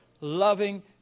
Loving